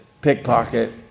pickpocket